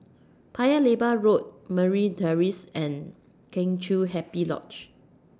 Paya Lebar Road Merryn Terrace and Kheng Chiu Happy Lodge